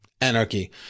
anarchy